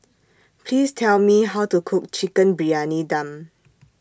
Please Tell Me How to Cook Chicken Briyani Dum